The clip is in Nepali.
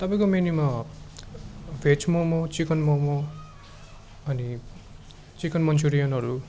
तपाईँको मेनुमा भेज मोमो चिकन मोमो अनि चिकन मन्चुरियनहरू